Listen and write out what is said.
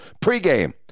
pregame